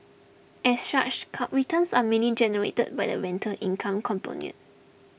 as such cut returns are mainly generated by the rental income component